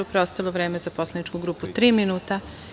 Preostalo vreme za poslaničku grupu tri minuta.